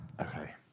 Okay